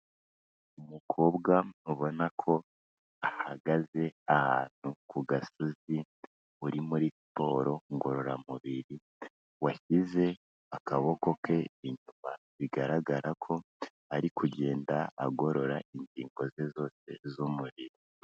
Umukobwa ubona ko ahagaze ahantu ku gasozi uri muri siporo ngororamubiri washyize akaboko ke inyuma, bigaragara ko ari kugenda agorora ingingo ze zose z'umubiri.